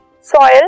soil